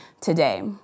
today